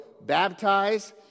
baptize